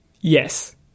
Yes